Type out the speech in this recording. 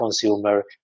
consumer